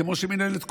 כמו מינהלת תקומה.